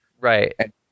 Right